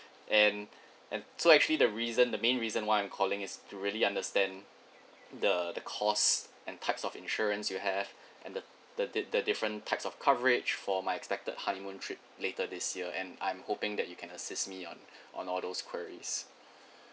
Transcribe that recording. and and so actually the reason the main reason why I'm calling is to really understand the the cost and types of insurance you have and the the the the different types of coverage for my expected honeymoon trip later this year and I'm hoping that you can assist me on on all those queries